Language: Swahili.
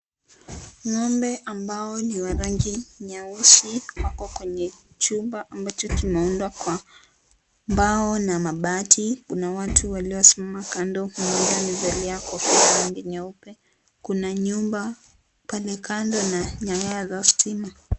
Ngombe ambao ni wa rangi nyeusi wako kwenye chumba ambacho kimeundwa kwa mbao na mabati. Kuna watu waliosimama kando huku mmoja amevalia kofia ya rangi nyeupe. Kuna nyumba pale kando na nyaya za stima.